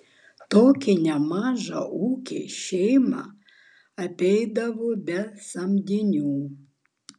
tokį nemažą ūkį šeima apeidavo be samdinių